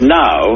now